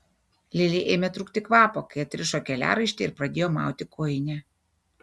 lilei ėmė trūkti kvapo kai atrišo keliaraištį ir pradėjo mauti kojinę